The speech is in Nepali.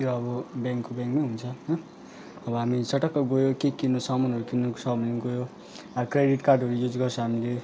त्यो अब ब्याङ्कको ब्याङ्कमै हुन्छ अब हामी चटक्क गयो के किन्नु सामानहरू किन्नु छ भने गयो क्रेडिट कार्डहरू युज गर्छ हामीले